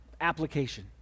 application